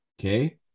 okay